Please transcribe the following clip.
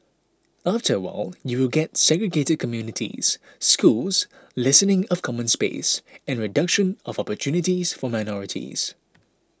after a while you will get segregated communities schools lessening of common space and reduction of opportunities for minorities